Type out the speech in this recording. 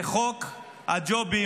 הוא חוק הג'ובים,